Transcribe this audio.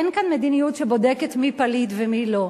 אין כאן מדיניות שבודקת מי פליט ומי לא.